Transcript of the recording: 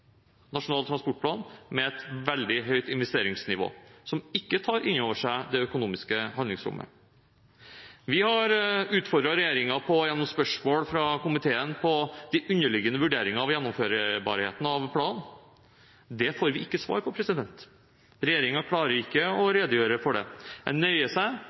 nasjonal transportplan med et veldig høyt investeringsnivå som ikke tar inn over seg det økonomiske handlingsrommet. Vi har gjennom spørsmål fra komiteen utfordret regjeringen på de underliggende vurderinger av gjennomførbarheten av planen. Det får vi ikke svar på. Regjeringen klarer ikke å redegjøre for det. En nøyer seg